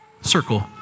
circle